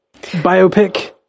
biopic